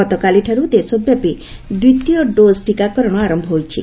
ଗତକାଲିଠାରୁ ଦେଶବ୍ୟାପୀ ଦ୍ୱିତୀୟ ଡୋକ୍ ଟିକାକରଣ ଆରମ୍ଭ ହୋଇଛି